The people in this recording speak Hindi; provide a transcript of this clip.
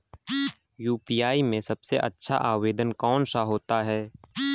यू.पी.आई में सबसे अच्छा आवेदन कौन सा होता है?